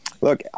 look